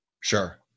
Sure